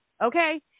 Okay